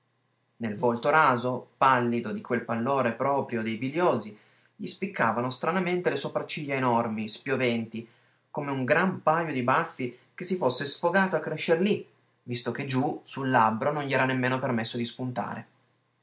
nel volto raso pallido di quel pallore proprio dei biliosi gli spiccavano stranamente le sopracciglia enormi spioventi come un gran pajo di baffi che si fosse sfogato a crescer lì visto che giù sul labbro non gli era nemmen permesso di spuntare